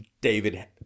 david